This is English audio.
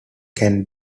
can